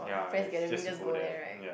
friends gathering just go there right